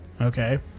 Okay